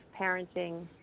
parenting